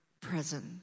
present